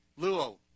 luo